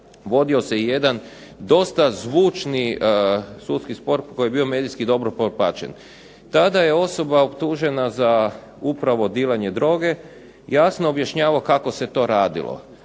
vodio se jedan dosta zvučni sudski spor koji je bio medijski dobro popraćen. Tada je osoba optužena za upravo dilanje droge, …/Ne razumije se./… objašnjavao kako se to radilo.